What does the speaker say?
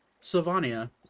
Sylvania